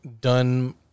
done